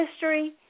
history